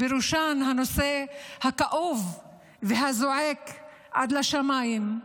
ובראשם הנושא הכאוב והזועק עד לשמיים,